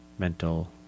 mental